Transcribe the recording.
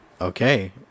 Okay